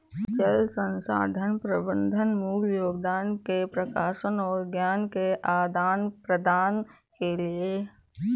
जल संसाधन प्रबंधन मूल योगदान के प्रकाशन और ज्ञान के आदान प्रदान के लिए होता है